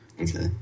Okay